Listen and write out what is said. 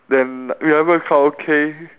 then remember the karaoke